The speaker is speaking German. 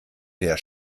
der